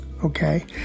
Okay